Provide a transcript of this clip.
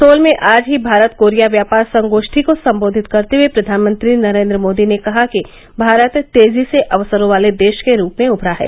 soul में आज ही भारत कोरिया व्यापार संगोश्ठी को सम्बोधित करते हुये प्रधानमंत्री नरेन्द्र मोदी ने कहा कि भारत तेजी से अवसरों वाले देश के रूप में उभरा है